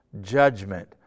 judgment